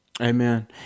Amen